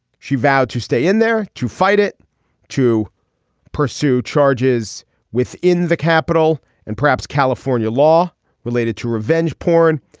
she vowed to stay in there to fight it to pursue charges within the capital and perhaps california law related to revenge porn.